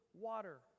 water